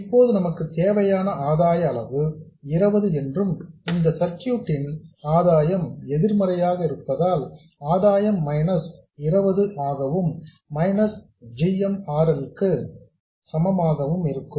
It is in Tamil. இப்போது நமக்குத் தேவையான ஆதாய அளவு 20 என்றும் இந்த சர்க்யூட்இன் ஆதாயம் எதிர்மறையாக இருப்பதால் ஆதாயம் மைனஸ் 20 ஆகவும் minus g m R L க்கு சமமாகவும் இருக்கும்